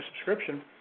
subscription